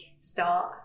start